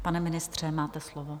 Pane ministře, máte slovo.